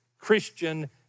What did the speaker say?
Christian